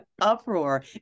uproar